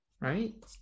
Right